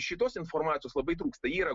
šitos informacijos labai trūksta yra